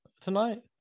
tonight